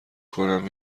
کنم